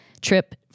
trip